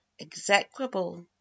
execrable